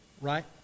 right